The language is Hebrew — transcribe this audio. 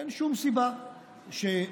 אין שום סיבה שנתאמץ